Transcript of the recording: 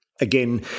Again